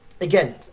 again